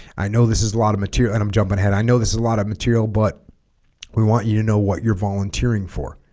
i know this is a lot of material and i'm jumping ahead i know this is a lot of material but we want you to know what you're volunteering for